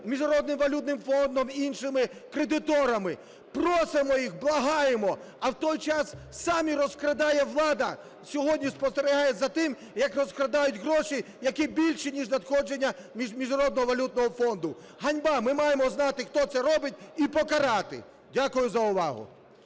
Міжнародним валютним фондом і іншими кредиторами, просимо їх благаємо, а в той час сама розкрадає влада, сьогодні спостерігаємо за тим, як розкрадають гроші, які більші ніж надходження Міжнародного валютного фонду. Ганьба! Ми маємо знати, хто це робить і покарати. Дякую за увагу.